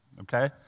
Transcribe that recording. Okay